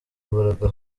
imbaraga